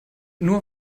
nur